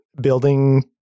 building